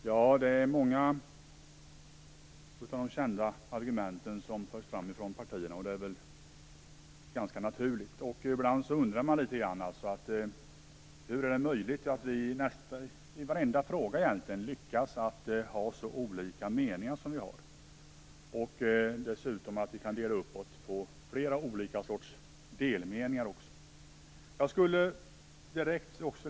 Herr talman! Många av de kända argumenten förs fram från partierna, och det är väl ganska naturligt. Ibland undrar man hur det är möjligt att vi i varenda fråga lyckas ha så olika meningar och dessutom dela upp oss på flera olika delmeningar.